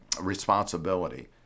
responsibility